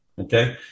Okay